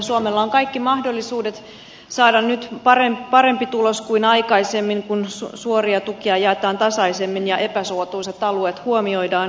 suomella on kaikki mahdollisuudet saada nyt parempi tulos kuin aikaisemmin kun suoria tukia jaetaan tasaisemmin ja epäsuotuisat alueet huomioidaan